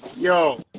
Yo